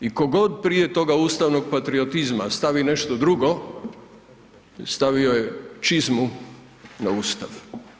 I tko god prije tog ustavnog patriotizma stavi nešto drugo stavio je čizmu na Ustav.